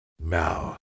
Now